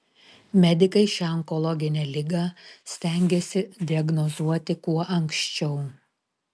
medikai šią onkologinę ligą stengiasi diagnozuoti kuo anksčiau